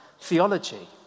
theology